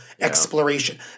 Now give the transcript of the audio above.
exploration